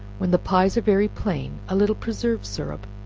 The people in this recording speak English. when the pies are very plain, a little preserve syrup,